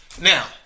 Now